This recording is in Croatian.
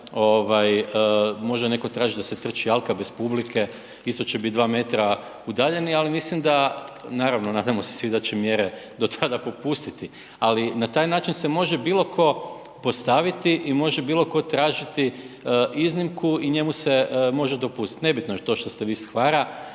može netko tražiti da se trči Alka bez publike, isto će biti 2 m udaljeni, ali mislim dan, naravno, nadamo se svi da će mjere do tada popustiti, ali na taj način se može bilo tko postaviti i može bilo tko tražiti iznimku i njemu se može dopustiti. Nebitno je to što ste vi s Hvara,